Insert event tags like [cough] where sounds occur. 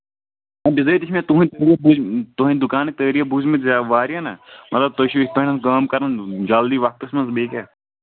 نہ بِزٲتی چھِ مےٚ تُہُنٛدۍ [unintelligible] تُہُنٛدۍ دُکانٕکۍ تٲریٖف بوٗزمٕتۍ زیا واریاہ نہ مطلب تُہۍ چھِو یِتھ [unintelligible] کٲم کران جلدی وقتَس منٛز بیٚیہِ کیٛاہ